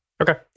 Okay